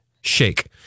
shake